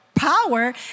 power